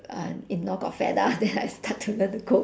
uh in law got fed up then I start to learn to cook